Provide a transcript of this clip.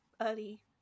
early